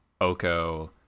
Oko